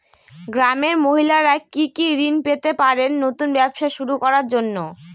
গ্রামের মহিলারা কি কি ঋণ পেতে পারেন নতুন ব্যবসা শুরু করার জন্য?